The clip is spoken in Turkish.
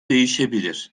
değişebilir